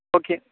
okay